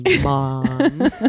mom